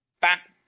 back